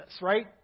right